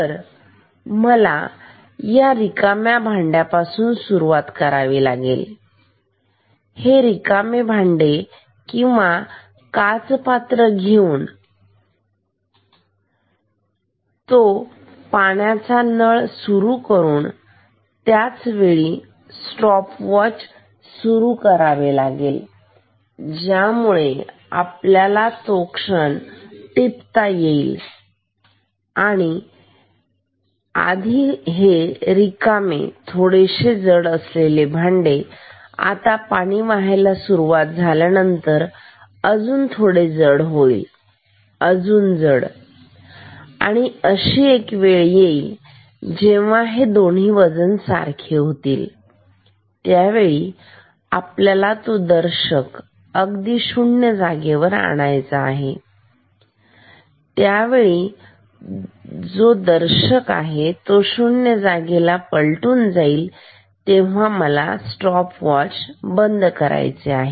तर मला या रिकाम्या भांड्या पासून सुरुवात करावी लागेल हे रिकामा भांड किंवा काच पात्र घेऊन आपण तो पाण्याचा नळ सुरू करू त्याच वेळी स्टॉपवॉच सुरु करु ज्यामुळे आपल्याला तो क्षण टिपता येईल आधी ते रिकामे आहे थोडे जड आहे आणि आता पाणी वाहायला सुरुवात झाली ते थोडे जड होत आहे अजून जड आणि अशी एक वेळ येईल तेव्हा हे दोन्ही वजन सारखे होतील आणि त्यावेळी आपल्याला तो दर्शक अगदी शून्य जागेवर आणायचा आहे आणि त्यावेळी जो दर्शक आहे तो 0 जागेला पलटून जाईल तेव्हा मला स्टॉपवॉच बंद करायचे आहे